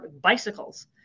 bicycles